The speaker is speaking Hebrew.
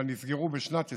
אבל בשנת 2020,